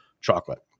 chocolate